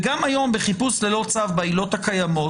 גם היום בחיפוש ללא צו בעילות הקיימות,